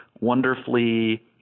wonderfully